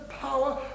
power